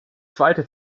zweite